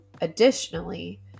Additionally